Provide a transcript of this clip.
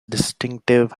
distinctive